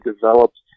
developed